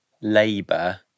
Labour